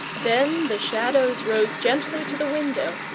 then the shadows rose gently to the window,